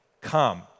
come